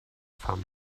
pham